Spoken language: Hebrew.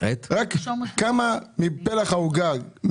כמה מפלח העוגה?